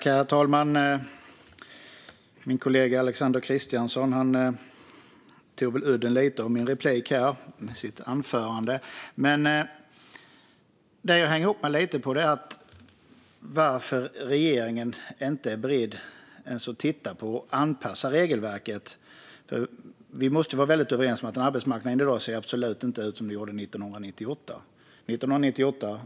Herr talman! Min kollega Alexander Christiansson tog lite udden av min replik med sitt anförande. Men det jag hänger upp mig lite på är varför regeringen inte är beredd att ens titta på att anpassa regelverket. Vi måste ju vara väldigt överens om att arbetsmarknaden i dag absolut inte ser ut som den gjorde 1998.